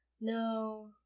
No